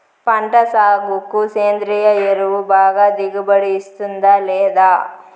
పంట సాగుకు సేంద్రియ ఎరువు బాగా దిగుబడి ఇస్తుందా లేదా